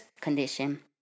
condition